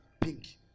pink